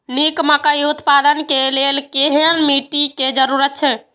निक मकई उत्पादन के लेल केहेन मिट्टी के जरूरी छे?